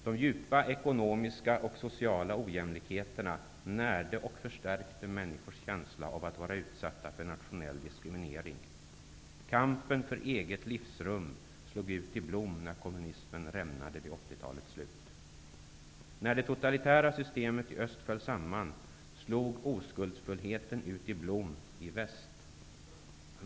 De djupa ekonomiska och sociala ojämlikheterna närde och förstärkte människors känsla av att vara utsatta för nationell diskriminering. Kampen för eget livsrum slog ut i blom när kommunismen rämnade vid 80-talets slut. När det totalitära systemet i öst föll samman, slog oskuldsfullheten ut i blom i väst.